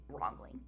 wrongly